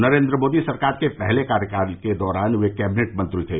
नरेन्द्र मोदी सरकार के पहले कार्यकाल के दौरान वे कैबिनेट मंत्री थे